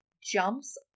jumps